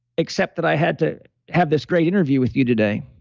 except that i had to have this great interview with you today